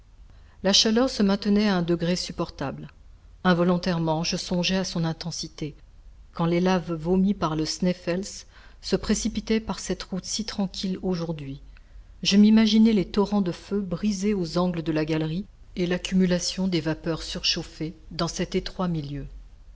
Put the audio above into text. la chaleur se maintenait à un degré supportable involontairement je songeais à son intensité quand les laves vomies par le sneffels se précipitaient par cette route si tranquille aujourd'hui je m'imaginais les torrents de feu brisés aux angles de la galerie et l'accumulation des vapeurs surchauffées dans cet étroit milieu